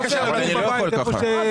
אבל אני לא יכול ככה.